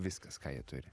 viskas ką jie turi